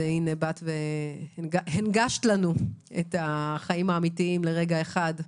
והנה באת והנגשת לנו את החיים האמיתיים לרגע אחד,